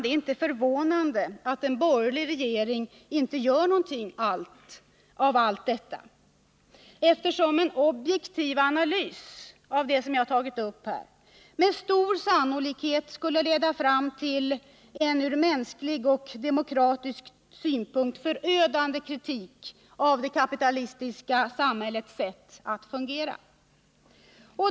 Det är inte förvånande att en borgerlig regering inte gör någonting av allt detta, eftersom en objektiv analys av det jag nämnt med stor sannolikhet skulle leda fram till en ur mänsklig och demokratisk synpunkt förödande kritik av det kapitalistiska samhällets sätt att fungera.